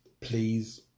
Please